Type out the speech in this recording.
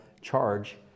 charge